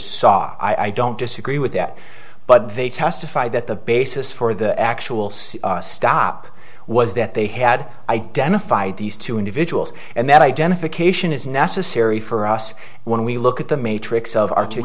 saw i don't disagree with that but they testified that the basis for the actual say stop was that they had identified these two individuals and that identification is necessary for us when we look at the matrix of